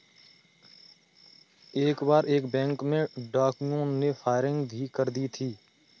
एक बार एक बैंक में डाकुओं ने फायरिंग भी कर दी थी